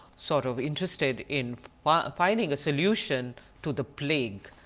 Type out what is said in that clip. sort of interested in ah finding a solution to the plague.